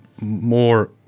more